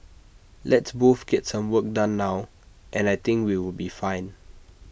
let's both get some work done now and I think we will be fine